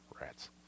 rats